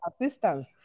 assistance